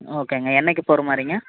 ஆ ஓகேங்க என்னைக்கு போகிற மாதிரிங்க